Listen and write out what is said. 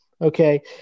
okay